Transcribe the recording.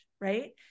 right